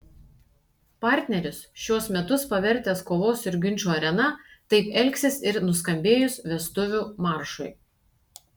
partneris šiuos metus pavertęs kovos ir ginčų arena taip elgsis ir nuskambėjus vestuvių maršui